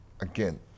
again